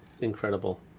incredible